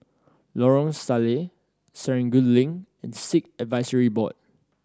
Lorong Salleh Serangoon Link and Sikh Advisory Board